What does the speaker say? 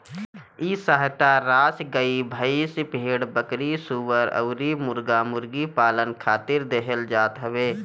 इ सहायता राशी गाई, भईस, भेड़, बकरी, सूअर अउरी मुर्गा मुर्गी पालन खातिर देहल जात हवे